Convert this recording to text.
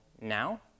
now